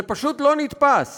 זה פשוט לא נתפס